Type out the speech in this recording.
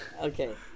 Okay